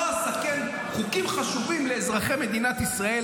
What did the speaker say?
אסכן חוקים חשובים לאזרחי מדינת ישראל,